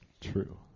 True